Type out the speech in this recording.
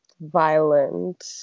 violent